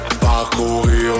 Parcourir